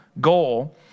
goal